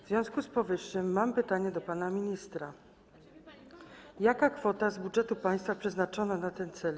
W związku z powyższym mam pytania do pana ministra: Jaka kwota z budżetu państwa jest przeznaczona na ten cel?